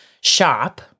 shop